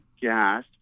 gas